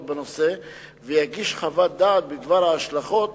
בנושא ויגיש חוות דעת בדבר ההשלכות